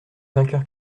vainqueur